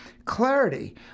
Clarity